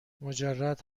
مجرد